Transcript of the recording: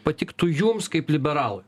patiktų jums kaip liberalui